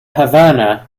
havana